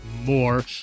more